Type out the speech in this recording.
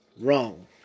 Wrong